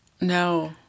No